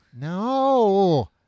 No